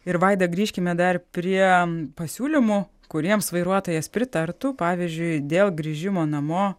ir vaida grįžkime dar prie pasiūlymų kuriems vairuotojas pritartų pavyzdžiui dėl grįžimo namo